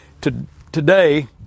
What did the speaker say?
Today